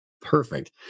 perfect